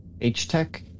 H-Tech